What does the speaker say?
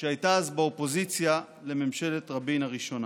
שהייתה אז באופוזיציה לממשלת רבין הראשונה.